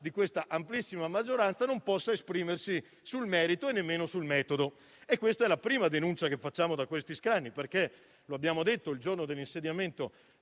di questa amplissima maggioranza non possa esprimersi sul merito e nemmeno sul metodo. Questa è la prima denuncia che facciamo da questi scranni perché - lo abbiamo detto il giorno dell'insediamento